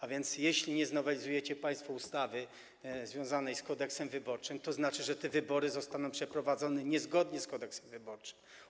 A więc jeśli nie znowelizujecie państwo ustawy związanej z Kodeksem wyborczym, to będzie znaczyło, że te wybory zostaną przeprowadzone niezgodnie z Kodeksem wyborczym.